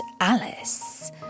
Alice